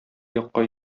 якка